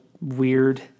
weird